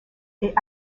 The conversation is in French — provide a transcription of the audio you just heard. est